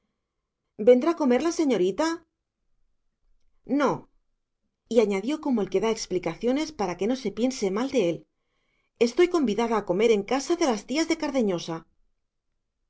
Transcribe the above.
vendrá a comer señorita no y añadió como el que da explicaciones para que no se piense mal de él estoy convidada a comer en casa de las tías de cardeñosa